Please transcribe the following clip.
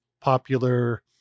popular